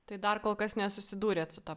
tai dar kol kas nesusidūrėt su ta